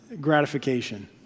gratification